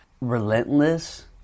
relentless